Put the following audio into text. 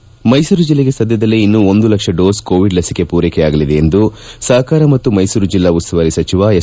T Somashekar Mysuru ಜಿಲ್ಲೆಗೆ ಸದ್ಧದಲ್ಲೇ ಇನ್ನೂ ಒಂದು ಲಕ್ಷ ಡೋಸ್ ಕೋವಿಡ್ ಲಸಿಕೆ ಪೂರೈಕೆಯಾಗಲಿದೆ ಎಂದು ಸಪಕಾರ ಮತ್ತು ಮೈಸೂರು ಜೆಲ್ಲಾ ಉಸ್ತುವಾರಿ ಸಚಿವ ಎಸ್